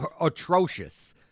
atrocious